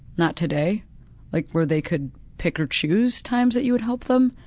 not today like where they could pick or choose times that you would help them,